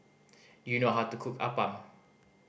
do you know how to cook appam